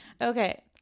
Okay